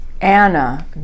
Anna